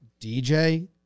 DJ